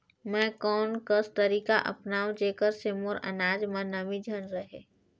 मैं कोन कस तरीका अपनाओं जेकर से मोर अनाज म नमी झन रहे?